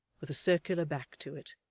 with a circular back to it,